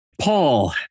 Paul